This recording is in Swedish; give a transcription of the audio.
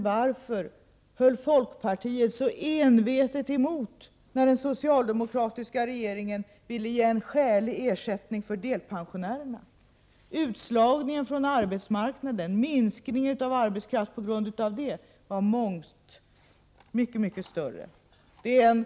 Varför höll folkpartiet då så envetet emot, när den socialdemokratiska regeringen ville ge en skälig ersättning åt delpensionärerna? Minskningen av arbetskraft på grund av utslagning från arbetsmarknaden var ju av mycket mycket större betydelse för ekonomin.